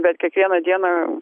bet kiekvieną dieną